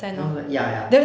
no like ya ya